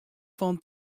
fan